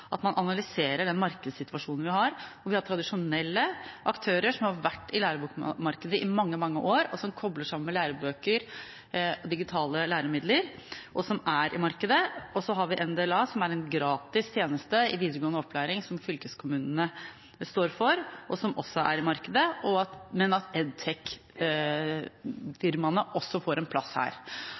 at man analyserer den markedssituasjonen vi har, hvor vi har tradisjonelle aktører som har vært i lærebokmarkedet i mange, mange år, og som kobler sammen lærebøker og digitale læremidler, og som er i markedet, og så har vi NDLA, som er en gratis tjeneste i videregående opplæring som fylkeskommunene står for, og som også er i markedet, men at edtech-firmaene også får en plass her.